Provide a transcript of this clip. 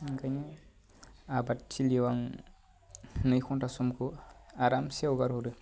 ओंखायनो आबादथिलियाव आं नै घन्टा समखौ आरामसे हगार हरो